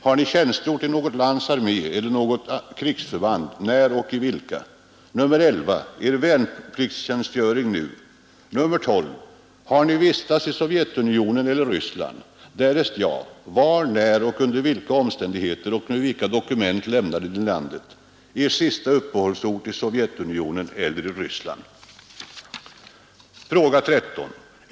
Har ni tjänstgjort i något lands armé eller i något krigsförband, när och i vilka? 12. Har ni vistats i Sovjetunionen . Därest ja, var, när, under vilka omständigheter och med vilka dokument lämnade ni landet? Er sista uppehållsort i Sovjetunionen ? 13.